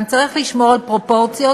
גם צריך לשמור על פרופורציות,